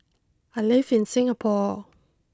I live in Singapore